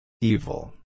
Evil